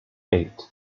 eight